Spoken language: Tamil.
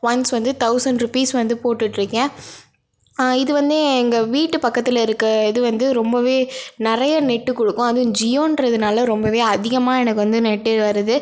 ஒன்ஸ் வந்து தௌசண்ட் ருப்பீஸ் வந்து போட்டுட்டிருக்கேன் இது வந்து எங்கள் வீட்டு பக்கத்தில் இருக்கற இது வந்து ரொம்பவே நிறைய நெட்டு கொடுக்கும் அதுவும் ஜியோன்றதுனால் ரொம்பவே அதிகமாக எனக்கு வந்து நெட்டு வருது